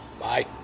Bye